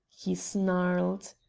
he snarled.